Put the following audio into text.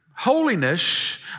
Holiness